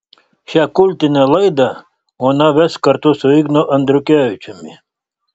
šią kultinę laidą ona ves kartu su ignu andriukevičiumi